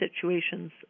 situations